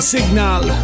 Signal